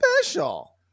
special